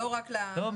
לא,